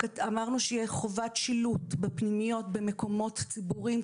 אמרנו שתהיה חובת שילוט בפנימיות במקומות ציבוריים,